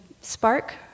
SPARK